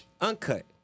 Uncut